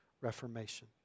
Reformation